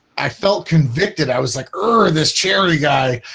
i felt convicted i was like, oh this charity guy,